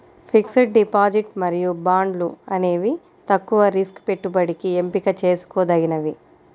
fixed deposit మరియు బాండ్లు అనేవి తక్కువ రిస్క్ పెట్టుబడికి ఎంపిక చేసుకోదగినవి